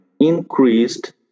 increased